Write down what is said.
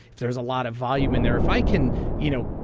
if there's a lot of volume in there, if i can you know